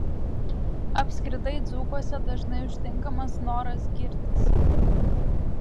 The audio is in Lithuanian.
apskritai dzūkuose dažnai užtinkamas noras girtis